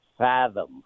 fathom